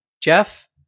Jeff